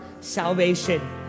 salvation